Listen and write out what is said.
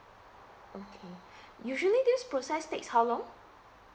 okay usually this process takes how long